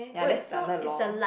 ya that's standard lor